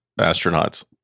astronauts